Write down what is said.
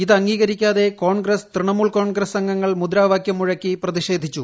ഇത് അംഗീകരിക്കാതെ കോൺഗ്രസ്സ് തൃണമൂൽ കോൺഗ്രസ്സ് അംഗങ്ങൾ മുദ്രാവാക്യം മുഴക്കി പ്രതിഷേധിച്ചു